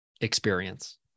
experience